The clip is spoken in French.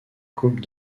coupe